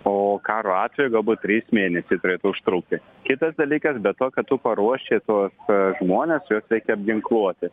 o karo atveju galbūt trys mėnesiai turėtų užtrukti kitas dalykas be to kad tu paruoši tuos žmones juos reikia apginkluoti